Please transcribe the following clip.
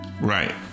Right